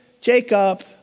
Jacob